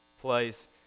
place